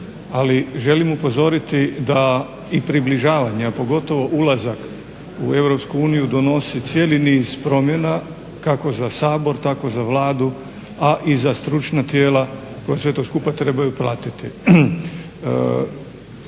Ali želim upozoriti da i približavanje, a pogotovo ulazak u EU donosi cijeli niz promjena kako za Sabor, tako za Vladu, a i za stručna tijela koja sve to skupa trebaju platiti.